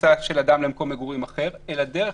כניסה של אדם למקום מגורים אחר אלא דרך